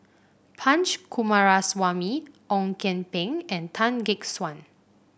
Punch Coomaraswamy Ong Kian Peng and Tan Gek Suan